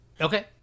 Okay